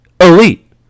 Elite